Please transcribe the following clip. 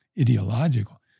ideological